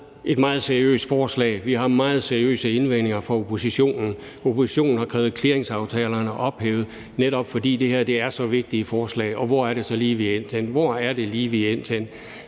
et meget seriøst forslag, og der kommer meget seriøse indvendinger fra oppositionen. Oppositionen har krævet clearingsaftalerne ophævet, netop fordi det her er så vigtigt et forslag. Og hvor er det så lige, vi er endt? Vi er endt med at